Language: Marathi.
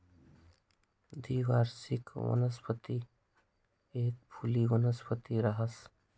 द्विवार्षिक वनस्पती एक फुली वनस्पती रहास